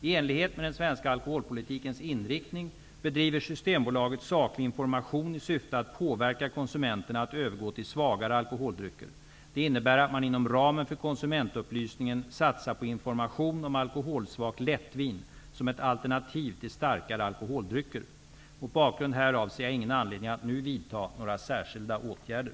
I enlighet med den svenska alkoholpolitikens inriktning bedriver Systembolaget saklig information i syfte att påverka konsumenterna att övergå till svagare alkoholdrycker. Det innebär att man inom ramen för konsumentupplysningen satsar på information om alkoholsvagt lättvin som ett alternativ till starkare alkoholdrycker. Mot bakgrund härav ser jag ingen anledning att nu vidta några särskilda åtgärder.